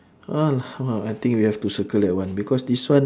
(uh huh) I think we have to circle that one because this one